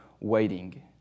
waiting